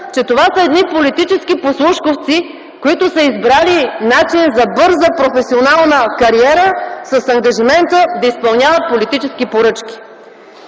че това са едни политически послушковци, които са избрали начин за бърза професионална кариера с ангажимента да изпълняват политически поръчки.